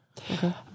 Okay